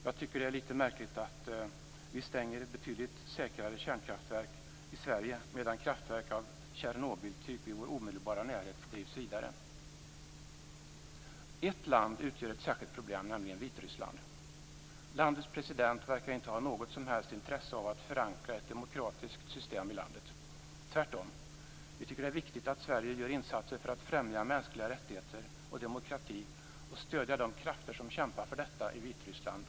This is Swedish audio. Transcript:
Jag tycker att det är litet märkligt att vi stänger betydligt säkrare kärnkraftverk i Sverige medan kraftverk av Tjernobyltyp i vår omedelbara närhet drivs vidare. Ett land utgör ett särskilt problem, nämligen Vitryssland. Landets president verkar inte ha något som helst intresse av att förankra ett demokratiskt system i landet - tvärtom. Vi tycker att det är viktigt att Sverige gör insatser för att främja mänskliga rättigheter och demokrati och stödja de krafter som kämpar för detta i Vitryssland.